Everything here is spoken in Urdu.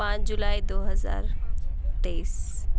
پانچ جولائی دو ہزار تیئیس